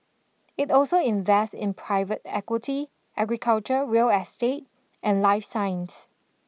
it also invests in private equity agriculture real estate and life science